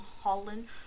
Holland